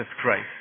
Christ